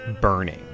burning